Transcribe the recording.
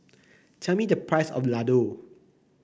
tell me the price of Ladoo